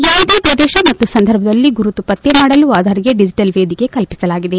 ಯಾವುದೇ ಪ್ರದೇಶ ಮತ್ತು ಸಂದರ್ಭದಲ್ಲಿ ಗುರುತು ಪತ್ತೆ ಮಾಡಲು ಆಧಾರ್ಗೆ ಡಿಜಿಟಲ್ ವೇದಿಕೆ ಕಲ್ಪಿಸಲಾಗಿದೆ